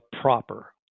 proper